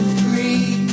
free